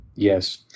Yes